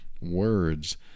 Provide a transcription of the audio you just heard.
words